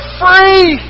free